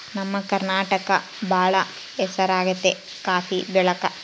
ನಮ್ಮ ಕರ್ನಾಟಕ ಬಾಳ ಹೆಸರಾಗೆತೆ ಕಾಪಿ ಬೆಳೆಕ